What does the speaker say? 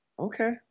Okay